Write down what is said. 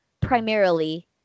primarily